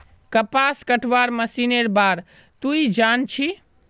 कपास कटवार मशीनेर बार तुई जान छि